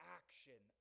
action